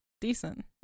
decent